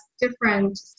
different